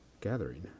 gathering